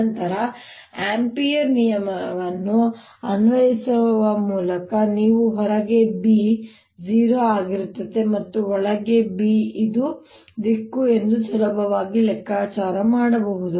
ನಂತರ ಆಂಪಿಯರ್ ನಿಯಮವನ್ನು ಅನ್ವಯಿಸುವ ಮೂಲಕ ನೀವು ಹೊರಗೆ B 0 ಆಗಿರುತ್ತದೆ ಮತ್ತು ಒಳಗೆ B ಇದು ದಿಕ್ಕು ಎಂದು ಸುಲಭವಾಗಿ ಲೆಕ್ಕಾಚಾರ ಮಾಡಬಹುದು